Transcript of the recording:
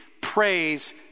praise